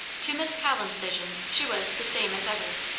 to miss collins' vision she was the same as ever.